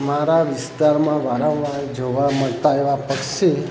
મારા વિસ્તારમાં વારંવાર જોવા મળતાં એવાં પક્ષી